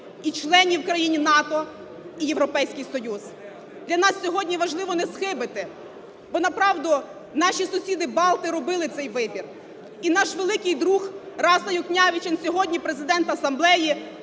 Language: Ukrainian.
і членів країн НАТО, і Європейський Союз. Для нас сьогодні важливо не схибити, бо направду наші сусіди Балти робили цей вибір. І наш великий друг Раса Юкнявічене сьогодні президент асамблеї,